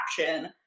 action